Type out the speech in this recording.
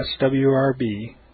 SWRB